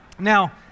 Now